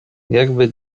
jakby